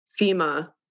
FEMA